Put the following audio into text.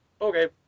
okay